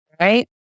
Right